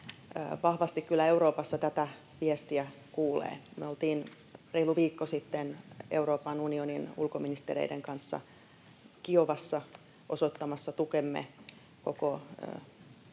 vahvasti kyllä Euroopassakin tätä viestiä kuulee. Me oltiin reilu viikko sitten Euroopan unionin ulkoministereiden kanssa Kiovassa osoittamassa tukemme koko Ukrainan